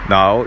Now